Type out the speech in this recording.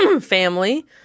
family